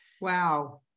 Wow